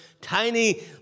tiny